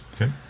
Okay